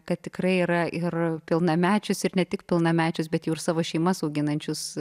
kad tikrai yra ir pilnamečius ir ne tik pilnamečius bet jau ir savo šeimas auginančius